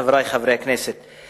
חברי חברי הכנסת,